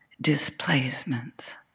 displacements